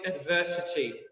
adversity